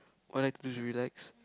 What I like to do to relax